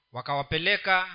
Wakawapeleka